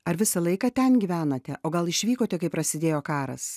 ar visą laiką ten gyvenote o gal išvykote kai prasidėjo karas